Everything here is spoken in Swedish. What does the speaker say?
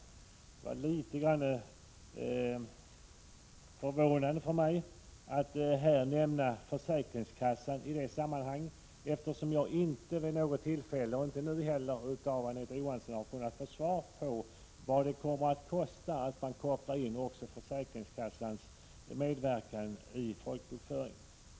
Det var litet förvånande för mig att höra försäkringskassan nämnas i det sammanhanget, eftersom jag inte vid något tillfälle — inte nu heller — har fått svar på vad det kommer att kosta att koppla in även försäkringskassans medverkan i folkbokföringen.